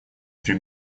при